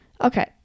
Okay